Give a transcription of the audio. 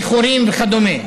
איחורים וכדומה.